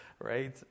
right